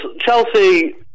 Chelsea